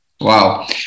wow